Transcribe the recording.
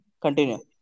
continue